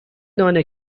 نان